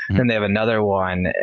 then, they have another one,